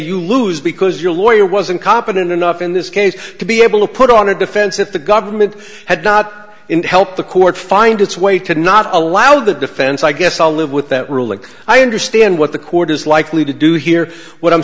you lose because your lawyer wasn't competent enough in this case to be able to put on a defense if the government had not in help the court find its way to not allow the defense i guess i'll live with that ruling i understand what the court is likely to do here what i'm